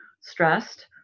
stressed